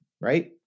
right